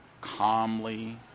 calmly